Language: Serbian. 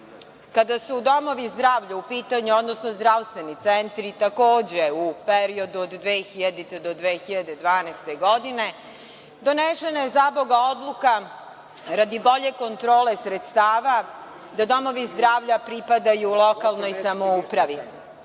kada su domovi zdravlja u pitanju, odnosno zdravstveni centri takođe u periodu od 2000-te do 2012. godine, donesena je, zaboga, odluka radi bolje kontrole sredstava da domovi zdravlja pripadaju lokalnoj samouprave.